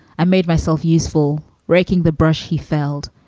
i made myself useful raking the brush he felled.